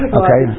okay